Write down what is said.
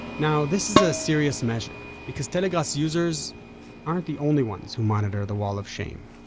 now this is a serious measure because telegrass users aren't the only ones who monitor the wall of shame